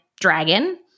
dragon